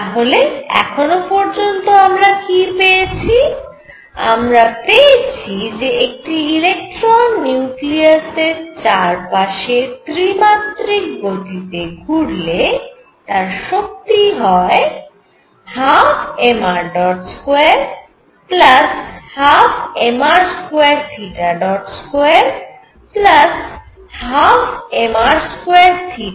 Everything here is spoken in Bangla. তাহলে এখনো পর্যন্ত আমরা কি পেয়েছি আমরা পেয়েছি যে একটি ইলেকট্রন নিউক্লিয়াসের চার পাসে ত্রিমাত্রিক গতিতে ঘুরলে তার শক্তি হয় 12mr212mr2212mr22 kr